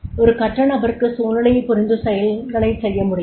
ஒரு கற்ற நபருக்கு சூழ்நிலையைப் புரிந்து செய்யல்களைச் செய்ய முடியும்